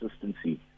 consistency